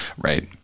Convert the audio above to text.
Right